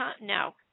No